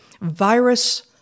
virus